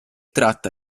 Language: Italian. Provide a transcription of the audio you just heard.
tratta